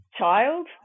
child